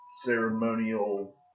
Ceremonial